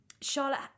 charlotte